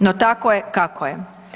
No, tako je kako je.